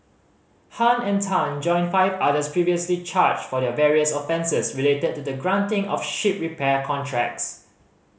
Han and Tan join five others previously charged for the various offences related to the granting of ship repair contracts